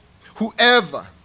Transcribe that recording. Whoever